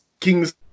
King's